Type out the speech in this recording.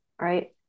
right